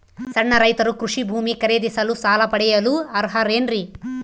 ಸಣ್ಣ ರೈತರು ಕೃಷಿ ಭೂಮಿ ಖರೇದಿಸಲು ಸಾಲ ಪಡೆಯಲು ಅರ್ಹರೇನ್ರಿ?